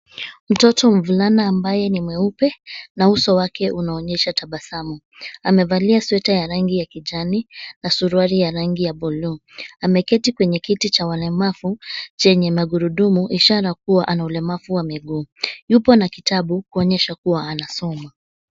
Mtoto mvulana ambaye ni mweupe na uso wake unaonyesha tabasamu. Amevalia sweta ya rangi ya kijani na suruali ya rangi ya buluu. Ameketi kwenye kiti cha walemavu chenye magurudumu ishara kuwa ana ulemavu wa miguu. Yupo na kitabu kuonyesha kuwa anasoma.